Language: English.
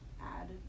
add